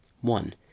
One